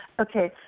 Okay